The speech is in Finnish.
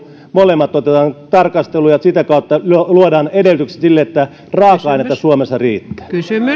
molemmat otetaan tarkasteluun ja sitä kautta luodaan edellytykset sille että raaka ainetta suomessa riittää